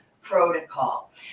protocol